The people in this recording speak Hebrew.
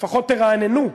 לפחות תרעננו.